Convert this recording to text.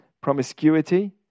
Promiscuity